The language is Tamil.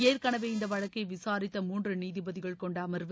ஏற்கனவே இந்தவழக்கைவிசாரித்த மூன்றுநீதிபதிகள் கொண்டஅமர்வு